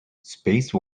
space